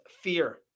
fear